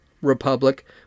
republic